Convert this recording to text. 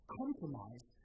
compromise